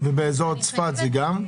ובאזור צפת זה גם?